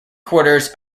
quarters